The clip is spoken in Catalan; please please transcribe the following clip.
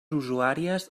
usuàries